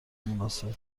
مناسب